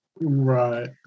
Right